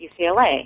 UCLA